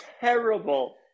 terrible